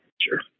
Sure